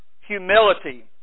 humility